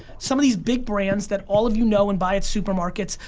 some of these big brands that all of you know and buy at supermarkets,